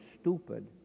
stupid